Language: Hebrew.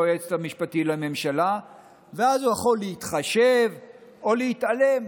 היועצת המשפטית לממשלה ואז הוא יכול להתחשב או להתעלם,